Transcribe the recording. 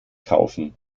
kaufen